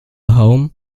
home